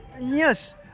Yes